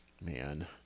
Man